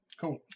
Cool